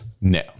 No